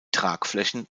tragflächen